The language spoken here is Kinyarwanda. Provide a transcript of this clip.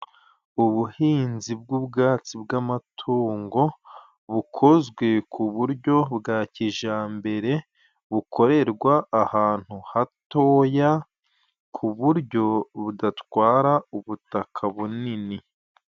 Ubuhinzi bw'ubwatsi bw'amatungo bukozwe ku buryo bwa kijambere, bukorerwa ahantu hatoya ku buryo budatwara ubutaka bunini.